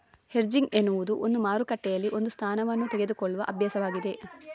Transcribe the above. hedging ಎನ್ನುವುದು ಒಂದು ಮಾರುಕಟ್ಟೆಯಲ್ಲಿ ಒಂದು ಸ್ಥಾನವನ್ನು ತೆಗೆದುಕೊಳ್ಳುವ ಅಭ್ಯಾಸವಾಗಿದೆ